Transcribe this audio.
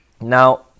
Now